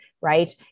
right